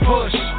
Push